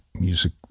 music